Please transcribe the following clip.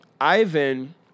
Ivan